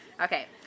Okay